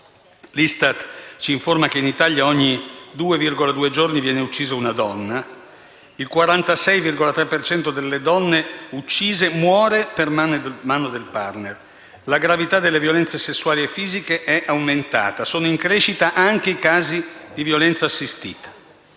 L'ISTAT ci informa che in Italia ogni 2,2 giorni viene uccisa una donna. Il 46,3 per cento delle donne uccise muore per mano del *partner*. La gravità delle violenze sessuali e fisiche è aumentata. Sono in crescita anche i casi di violenza assistita.